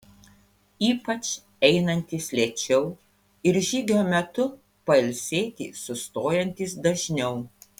ypač einantys lėčiau ir žygio metu pailsėti sustojantys dažniau